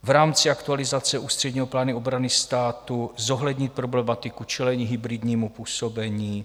V rámci aktualizace ústředního plánu obrany státu zohlednit problematiku čelení hybridnímu působení.